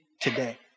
today